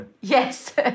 Yes